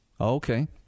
Okay